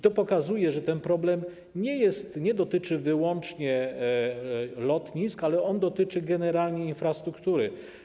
To pokazuje, że ten problem nie dotyczy wyłącznie lotnisk, ale on dotyczy generalnie infrastruktury.